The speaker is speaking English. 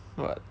what